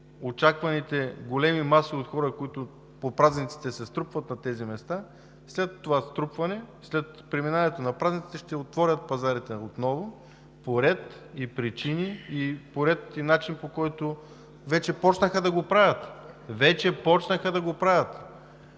очакваните големи маси от хора, които по празниците се струпват на тези места, след това струпване, след преминаването на празниците, ще отворят пазарите отново, по ред и причини и по ред и начин, по които вече започнаха да го правят. Вече започнаха да го правят!